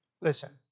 Listen